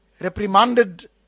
reprimanded